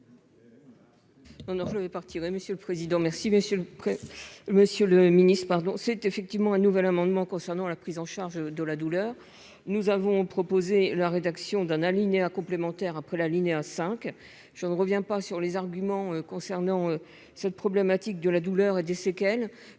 non, je vais partir, et monsieur le président merci messieurs, monsieur le Ministre, pardon, c'est effectivement un nouvel amendement concernant la prise en charge de la douleur, nous avons proposé la rédaction d'un alinéa complémentaire après l'alinéa 5 je ne reviens pas sur les arguments concernant cette problématique de la douleur et des séquelles,